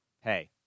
hey